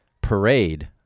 parade